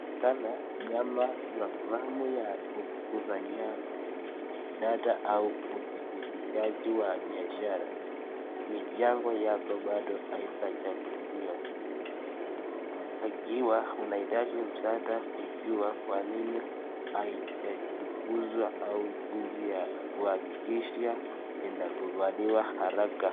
Inaonekana namna na planu ya ukusanyaji data[cs au utibitishaji wa biashara. Mijango yako Bado haitachaguliwa ikiwa tunaitaji msaada kujua kwa nini haijachiunguzwa au jinsi ya kuhakikisha inakubaliwa haraka.